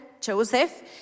Joseph